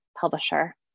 publisher